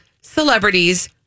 celebrities